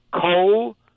coal